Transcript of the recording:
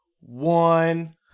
one